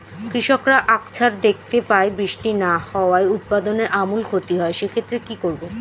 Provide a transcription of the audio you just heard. কৃষকরা আকছার দেখতে পায় বৃষ্টি না হওয়ায় উৎপাদনের আমূল ক্ষতি হয়, সে ক্ষেত্রে কি করব?